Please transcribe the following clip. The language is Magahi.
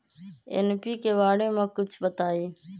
एन.पी.के बारे म कुछ बताई?